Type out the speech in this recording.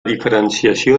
diferenciació